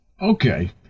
Okay